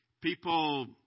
people